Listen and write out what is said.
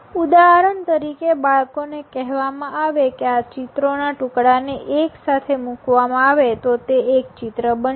ઉદાહરણ તરીકે બાળકોને કહેવામાં આવે કે આ ચિત્રો ના ટુકડાને એક સાથે મુકવામાં આવે તો તે એક ચિત્ર બનશે